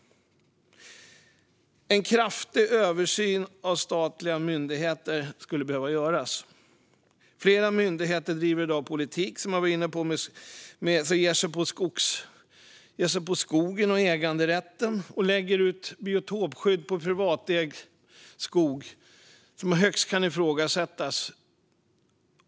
En kraftig översyn av statliga myndigheter skulle behöva göras. Flera myndigheter driver i dag politik, som jag var inne på, och ger sig på skogen och äganderätten. De lägger ut biotopskydd på privatägd skog, vilket i högsta grad kan ifrågasättas.